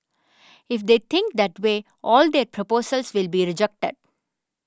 if they think that way all their proposals will be rejected